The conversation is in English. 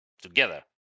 Together